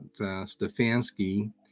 Stefanski